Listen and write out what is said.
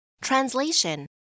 Translation